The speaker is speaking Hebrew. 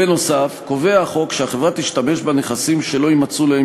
בנוסף קובע החוק שהחברה תשתמש בנכסים שלא יימצאו להם